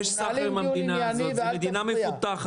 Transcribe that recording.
יש סחר עם המדינה הזאת וזאת מדינה מפותחת.